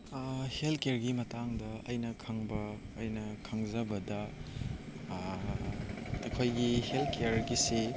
health ꯀꯦꯌꯔꯒꯤ ꯃꯇꯥꯡꯗ ꯑꯩꯅ ꯈꯪꯕ ꯑꯩꯅ ꯈꯪꯖꯕꯗ ꯑꯩꯈꯣꯏꯒꯤ ꯍꯦꯜꯠ ꯀꯦꯌꯔꯒꯤꯁꯤ